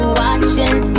watching